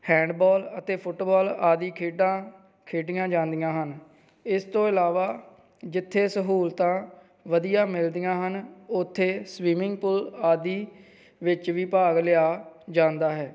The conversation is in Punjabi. ਹੈਂਡਬੋਲ ਅਤੇ ਫੁੱਟਬਾਲ ਆਦਿ ਖੇਡਾਂ ਖੇਡੀਆਂ ਜਾਂਦੀਆਂ ਹਨ ਇਸ ਤੋਂ ਇਲਾਵਾ ਜਿੱਥੇ ਸਹੂਲਤਾਂ ਵਧੀਆ ਮਿਲਦੀਆਂ ਹਨ ਉੱਥੇ ਸਵੀਮਿੰਗ ਪੂਲ ਆਦਿ ਵਿੱਚ ਵੀ ਭਾਗ ਲਿਆ ਜਾਂਦਾ ਹੈ